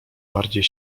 bardziej